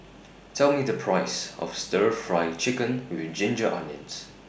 Tell Me The Price of Stir Fry Chicken with Ginger Onions